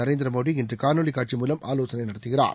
நரேந்திரமோடி இன்று காணொலி காட்சி மூலம் ஆலோசனை நடத்துகிறார்